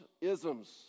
isms